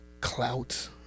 clout